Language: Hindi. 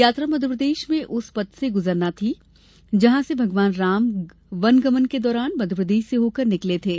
यात्रा मध्यप्रदेश में उस पथ से गुजरना थी जहां से भगवान राम वन गमन के दौरान मध्यप्रदेश से होकर निकले थे